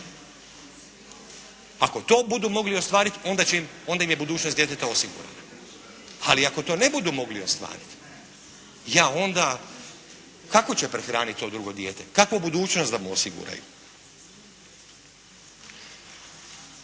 Ako to budu mogli ostvariti onda im je budućnost djeteta osigurana. Ali ako to ne budu mogli ostvariti, onda kako će prehraniti to drugo dijete, kakvu budućnost da mu osiguraju.